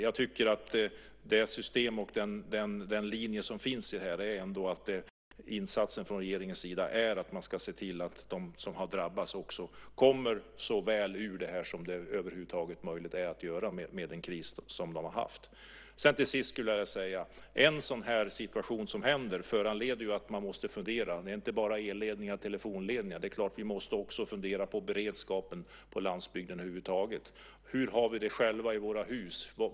Jag tycker att det system och den linje som finns i detta ändå är att insatsen från regeringens sida är att man ska se till att de som har drabbats också kommer så väl ur detta som det över huvud taget är möjligt med tanke på den kris som de har haft. Till sist skulle jag vilja säga att en sådan här händelse föranleder att man måste fundera. Det är inte bara fråga om elledningar och telefonledningar. Vi måste också fundera på beredskapen på landsbygden över huvud taget. Hur har vi det själva i våra hus?